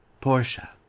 portia